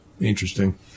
Interesting